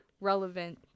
relevant